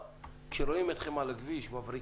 כשרואים אתכם על הכביש מבריקים,